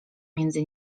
między